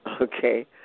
Okay